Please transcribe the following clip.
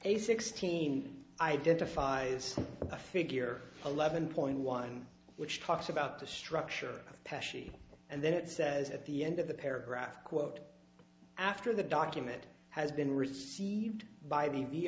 a sixteen identifies a figure eleven point one which talks about the structure and then it says at the end of the paragraph quote after the document has been received by the b